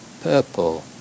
purple